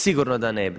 Sigurno da ne bi.